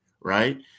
right